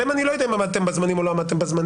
עליהם אני לא יודע אם עמדתם בזמנים או לא עמדתם בזמנים,